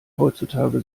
heutzutage